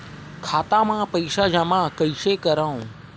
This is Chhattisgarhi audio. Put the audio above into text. खाता म पईसा जमा कइसे करव?